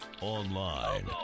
Online